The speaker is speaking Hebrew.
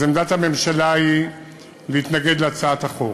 אז עמדת הממשלה היא להתנגד להצעת החוק.